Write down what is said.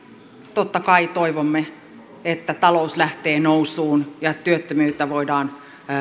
totta kai toivomme että talous lähtee nousuun ja työttömyyttä voidaan